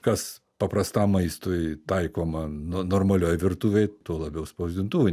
kas paprastam maistui taikoma no normalioj virtuvėj tuo labiau spausdintuvui